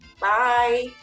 Bye